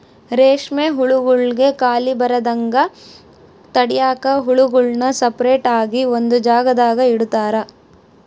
ರೇಷ್ಮೆ ಹುಳುಗುಳ್ಗೆ ಖಾಲಿ ಬರದಂಗ ತಡ್ಯಾಕ ಹುಳುಗುಳ್ನ ಸಪರೇಟ್ ಆಗಿ ಒಂದು ಜಾಗದಾಗ ಇಡುತಾರ